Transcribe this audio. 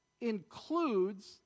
includes